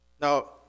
Now